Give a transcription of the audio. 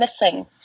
missing